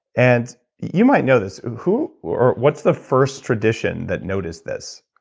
and you might know this who or what's the first tradition that notice this?